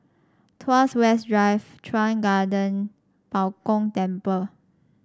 Tuas West Drive Chuan Garden Bao Gong Temple